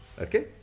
Okay